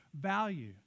value